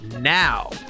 now